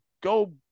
go